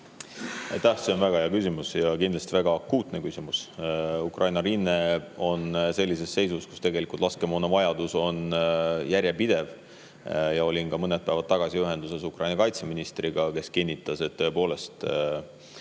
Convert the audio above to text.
Aitäh! See on väga hea ja kindlasti väga akuutne küsimus. Ukraina rinne on sellises seisus, kus tegelikult laskemoonavajadus on järjepidev. Olin mõned päevad tagasi ühenduses Ukraina kaitseministriga, kes kinnitas, et vajadus